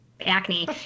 acne